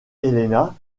helena